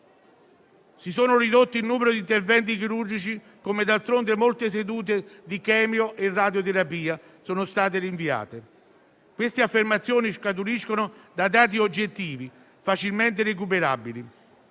Si è ridotto il numero di interventi chirurgici, così come - d'altronde - molte sedute di chemio e radioterapia sono state rinviate. Queste affermazioni scaturiscono da dati oggettivi facilmente recuperabili